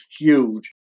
huge